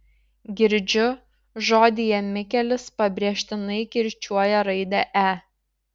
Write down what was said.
girdžiu žodyje mikelis pabrėžtinai kirčiuoja raidę e